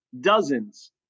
dozens